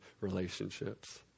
relationships